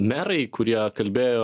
merai kurie kalbėjo